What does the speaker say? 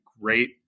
great